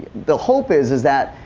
the hope is is that